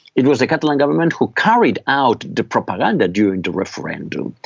it was the catalan government who carried out the propaganda during the referendum,